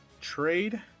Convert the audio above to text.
trade